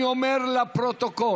אני אומר לפרוטוקול,